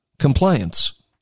compliance